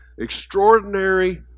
Extraordinary